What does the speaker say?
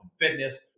fitness